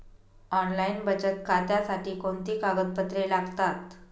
Online बचत खात्यासाठी कोणती कागदपत्रे लागतात?